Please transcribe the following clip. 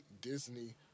Disney+